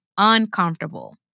uncomfortable